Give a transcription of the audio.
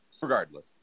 Regardless